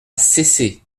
cesset